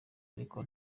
ariko